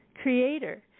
Creator